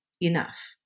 enough